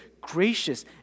gracious